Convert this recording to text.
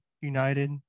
United